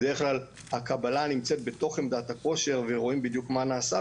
בדרך כלל הקבלה נמצאת בתוך עמדת הכושר ורואים בדיוק מה נעשה,